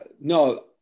no